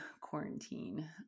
quarantine